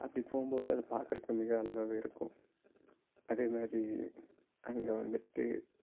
அப்படி போகும் போது அது பார்க்குறக்கு மிக அழகாக இருக்கும் அதே மாரி அங்கே வந்துட்டு